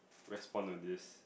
respond to this